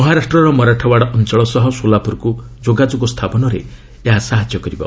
ମହାରାଷ୍ଟ୍ରର ମରାଠାୱାଡ଼ା ଅଞ୍ଚଳ ସହ ସୋଲାପୁରକୁ ଯୋଗାଯୋଗ ସ୍ଥାପନରେ ଏହା ସାହାଯ୍ୟ କରିବ